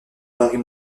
paris